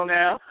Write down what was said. now